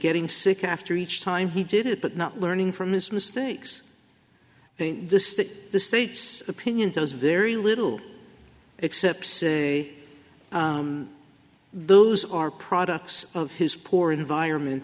getting sick after each time he did it but not learning from his mistakes this is the state's opinion does very little except say those are products of his poor environment